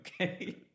Okay